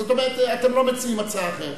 זאת אומרת, אתם לא מציעים הצעה אחרת.